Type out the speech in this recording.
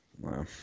Wow